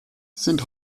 sind